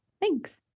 Thanks